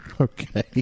Okay